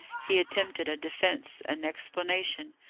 he attempted a defence an explanation.